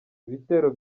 ibitero